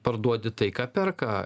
parduodi tai ką perka